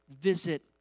visit